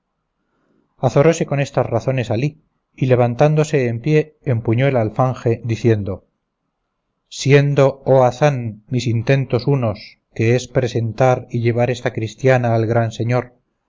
con estas razones alí y levantándose en pie empuñó el alfanje diciendo siendo oh hazán mis intentos unos que es presentar y llevar esta cristiana al gran señor